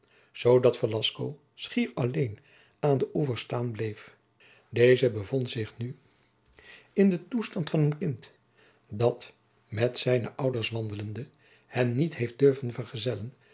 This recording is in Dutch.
zoodat velasco schier alleen aan den oever staan bleef deze bevond zich nu in den toestand van een kind dat met zijne ouders wandelende hen niet heeft durven vergezellen